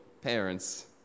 parents